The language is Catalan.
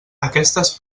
aquestes